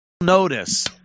Notice